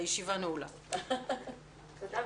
הישיבה ננעלה בשעה 14:00.